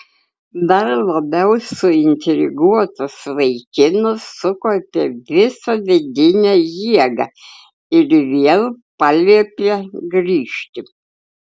dar labiau suintriguotas vaikinas sukaupė visą vidinę jėgą ir vėl paliepė grįžti